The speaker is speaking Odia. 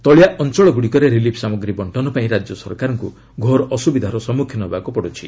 ତଳିଆ ଅଞ୍ଚଳଗୁଡ଼ିକରେ ରିଲିଫ୍ ସାମଗ୍ରୀ ବଣ୍ଟନ ପାଇଁ ରାଜ୍ୟ ସରକାରଙ୍କୁ ଘୋର ଅସୁବିଧାର ସମ୍ମୁଖୀନ ହେବାକୁ ପଡ଼ୁଛି